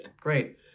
Great